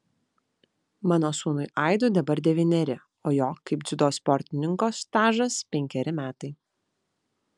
mano sūnui aidui dabar devyneri o jo kaip dziudo sportininko stažas penkeri metai